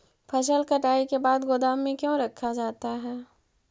फसल कटाई के बाद गोदाम में क्यों रखा जाता है?